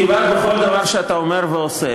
כמעט בכל דבר שאתה אומר ועושה.